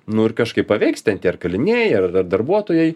nu ir kažkaip paveiks ten tie ar kaliniai ar ar darbuotojai